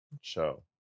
show